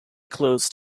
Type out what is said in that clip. closed